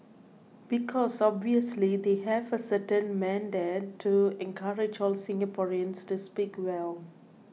because obviously they have a certain mandate to encourage all Singaporeans to speak well